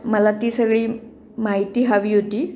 मला ती सगळी माहिती हवी होती